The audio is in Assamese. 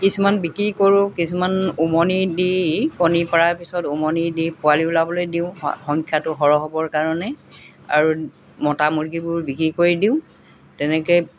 কিছুমান বিক্ৰী কৰোঁ কিছুমান উমনি দি কণী পাৰা পিছত উমনি দি পোৱালি ওলাবলৈ দিওঁ সংখ্যাটো সৰহ হ'বৰ কাৰণে আৰু মতা মূৰ্গীবোৰ বিক্ৰী কৰি দিওঁ তেনেকৈ